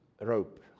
rope